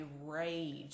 rage